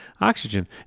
oxygen